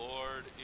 Lord